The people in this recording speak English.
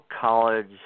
college